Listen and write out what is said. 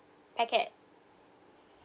packet